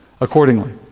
accordingly